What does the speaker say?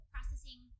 Processing